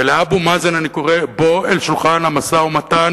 ולאבו מאזן אני קורא: בוא אל שולחן המשא-ומתן,